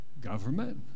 government